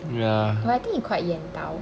but I think he quite yan dao